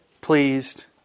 pleased